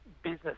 business